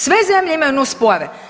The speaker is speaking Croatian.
Sve zemlje imaju nuspojave.